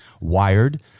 wired